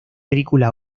película